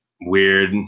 weird